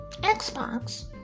Xbox